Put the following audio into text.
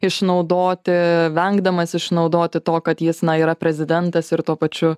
išnaudoti vengdamas išnaudoti to kad jis na yra prezidentas ir tuo pačiu